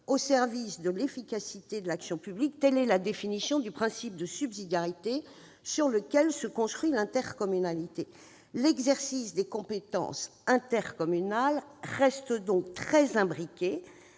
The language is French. au service de l'efficacité de l'action publique : telle est la définition du principe de subsidiarité sur lequel se construit l'intercommunalité. L'exercice des compétences intercommunales reste donc très imbriqué